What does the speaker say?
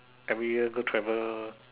every year go travel